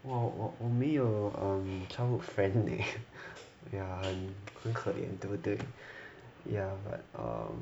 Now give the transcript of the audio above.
!wah! 我我没有 err childhood friend leh ya 很可怜对不对 ya but um